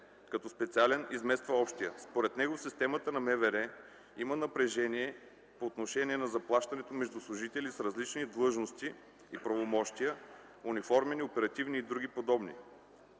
като специален измества общия. Според него в системата на МВР има напрежение по отношение на заплащането между служители с различни длъжности и правомощия – униформени, оперативни и други подобни,